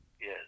yes